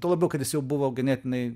tuo labiau kad jis jau buvo ganėtinai